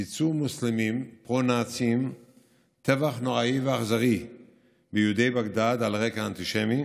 ביצעו מוסלמים פרו-נאצים טבח נוראי ואכזרי ביהודי בגדאד על רקע אנטישמי,